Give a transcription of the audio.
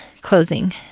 Closing